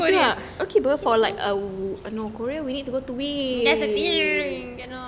that's a pillar and you know